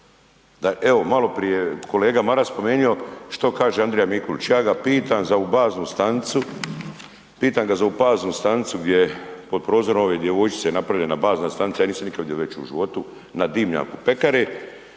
Evo malo prije kolega Maras je spomenuo što kaže Andrija Mikulić. Ja ga pitam za ovu baznu stanicu, pitam ga za ovu baznu stanicu gdje je pod prozorom ove djevojčice napravljena bazna stanica, ja nisam vidio veću u životu na dimnjaku pekare.